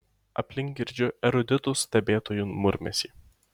aplink girdžiu eruditų stebėtojų murmesį